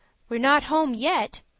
we're not home yet,